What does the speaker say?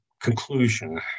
conclusion